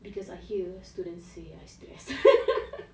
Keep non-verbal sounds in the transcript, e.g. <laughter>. because I hear students say I stress <laughs>